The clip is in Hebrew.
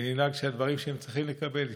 ונדאג שהדברים שהם צריכים לקבל יתקבלו.